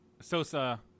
Sosa